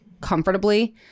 comfortably